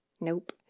Nope